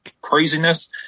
craziness